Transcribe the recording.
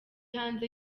hanze